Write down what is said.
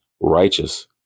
righteous